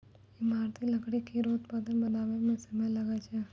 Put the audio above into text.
ईमारती लकड़ी केरो उत्पाद बनावै म समय लागै छै